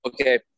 okay